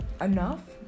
enough